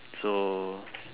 so